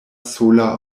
sola